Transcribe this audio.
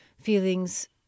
feelings